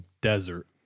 desert